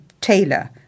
Taylor